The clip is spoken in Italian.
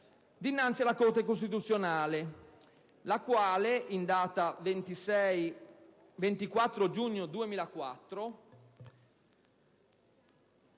dinanzi alla Corte costituzionale, la quale, in data 24 giugno 2004,